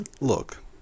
look